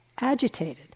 agitated